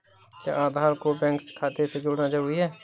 क्या आधार को बैंक खाते से जोड़ना जरूरी है?